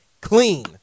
Clean